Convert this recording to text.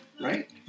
Right